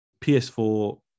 PS4